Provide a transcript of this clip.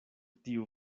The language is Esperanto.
tiu